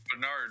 Bernard